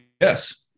yes